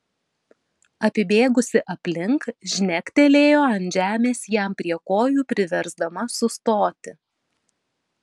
apibėgusi aplink žnektelėjo ant žemės jam prie kojų priversdama sustoti